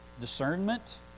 Discernment